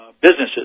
businesses